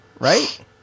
Right